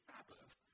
Sabbath